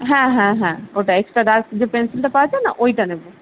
হ্যাঁ হ্যাঁ হ্যাঁ ওটাই এক্সট্রা ডার্ক যে পেনসিলটা পাওয়া যায় না ওইটা নেবো